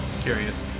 Curious